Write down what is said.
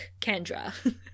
Kendra